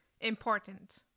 Important